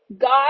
God